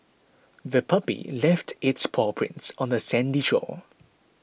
the puppy left its paw prints on the sandy shore